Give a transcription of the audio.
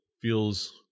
feels